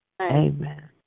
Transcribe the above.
Amen